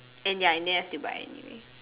and ya in the end I still buy anyway